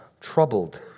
troubled